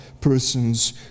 persons